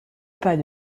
pas